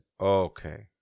Okay